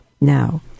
Now